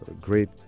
great